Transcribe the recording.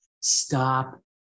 Stop